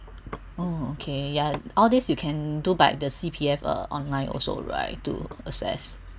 oh okay yeah all these you can do by the C_P_F uh online also right to assess